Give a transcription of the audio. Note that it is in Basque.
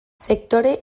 sektore